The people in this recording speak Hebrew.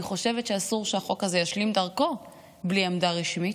אני חושבת שאסור שהחוק הזה ישלים דרכו בלי עמדה רשמית.